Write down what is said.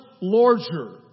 larger